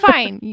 Fine